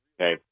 okay